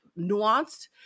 nuanced